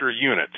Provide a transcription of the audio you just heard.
unit